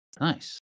Nice